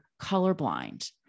colorblind